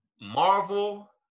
Marvel